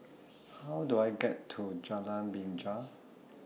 How Do I get to Jalan Binja